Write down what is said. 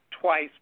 twice